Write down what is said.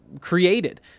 created